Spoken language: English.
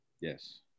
Yes